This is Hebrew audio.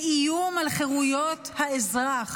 כ'איום על חירויות האזרח'